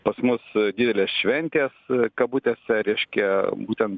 pas mus didelės šventės kabutėse reiškia būtent